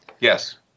Yes